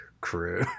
crew